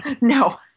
No